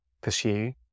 pursue